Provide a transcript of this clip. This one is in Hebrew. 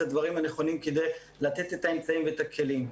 הדברים הנכונים כדי לתת את האמצעים ואת הכלים.